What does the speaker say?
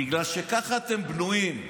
בגלל שככה אתם בנויים.